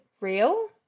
real